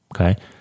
okay